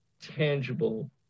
tangible